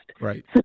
Right